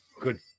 good